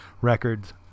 Records